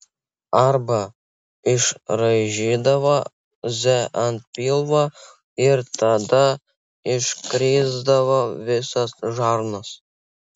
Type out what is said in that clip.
arba išraižydavo z ant pilvo ir tada iškrisdavo visos žarnos